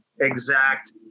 exact